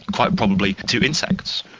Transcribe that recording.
quite probably to insects.